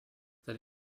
that